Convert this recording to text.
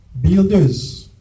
builders